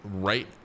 right